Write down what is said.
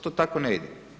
To tako ne ide.